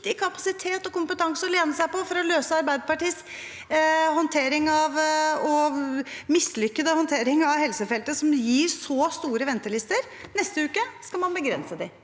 kapasitet og kompetanse å lene seg på for å løse Arbeiderpartiets håndtering – mislykkede håndtering – av helsefeltet, som gir så store ventelister. Neste uke skal man begrense dem.